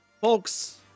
folks